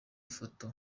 ifoto